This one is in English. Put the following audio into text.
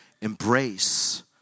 embrace